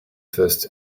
first